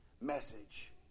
message